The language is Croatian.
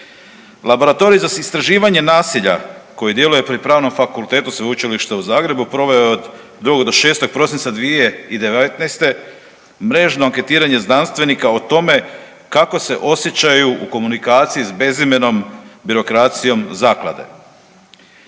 Laboratorij za istraživanje nasilja koje djeluje pri Pravnom fakultetu Sveučilišta u Zagrebu proveo je od 2. do 6. prosinca 2019. mrežno anketiranje znanstvenika o tome kako se osjećaju u komunikaciji s bezimenom birokracijom zaklade.